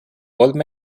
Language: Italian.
paul